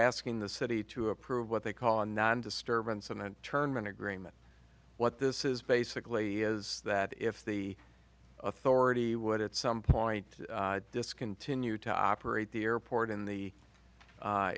asking the city to approve what they call a disturbance and turn men agreement what this is basically is that if the authority would at some point discontinue to operate the airport in the